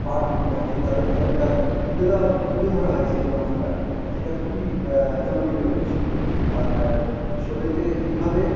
part মানে যে তাদের যে একটা তুলে দেওয়া তুলে ধরা হয়েছে যে অংশটা সেটা খুবই জনপ্রিয় হয়েছিলো আর শোলেতে এইভাবে